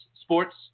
sports